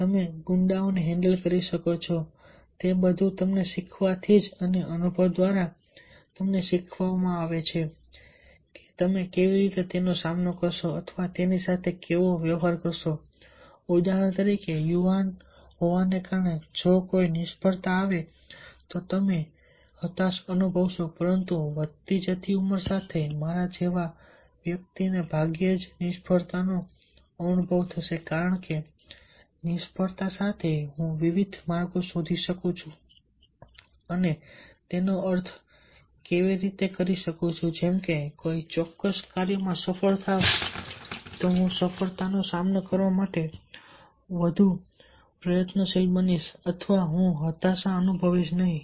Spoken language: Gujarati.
તમે ગુંડાઓને હેન્ડલ કરી શકો છો તે બધું તમે શીખવા થી અને અનુભવ દ્વારા તમને શીખવવામાં આવે છે કે તમે કેવી રીતે તેનો સામનો કરશો અથવા તેની સાથે કેવો વ્યવહાર કરવો ઉદાહરણ તરીકે યુવાન હોવાને કારણે જો કોઈ નિષ્ફળતા આવે તો તમે હતાશ અનુભવશો પરંતુ વધતી જતી ઉંમર સાથે મારા જેવા વ્યક્તિને ભાગ્યે જ નિષ્ફળતાનો અનુભવ થશે કારણ કે નિષ્ફળતા સાથે હું વિવિધ માર્ગો શોધી શકું છું અને તેનો અર્થ કેવી રીતે કરી શકું છું જેમકે કોઈ ચોક્કસ કાર્યમાં સફળ થાવ હું સમસ્યાનો સામનો કરવા માટે વધુ પ્રયત્નશીલ બનીશ અથવા હું હતાશા અનુભવીશ નહીં